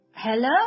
Hello